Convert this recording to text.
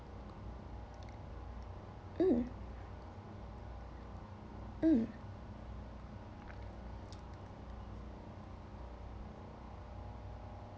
mm